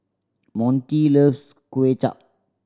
Monty loves Kway Chap